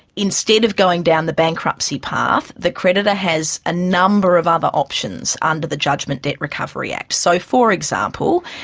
instead of going down the bankruptcy path the creditor has a number of other options under the judgment debt recover yeah act. so for example,